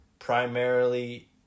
Primarily